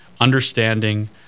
understanding